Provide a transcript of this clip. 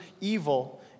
evil